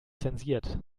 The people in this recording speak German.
zensiert